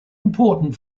important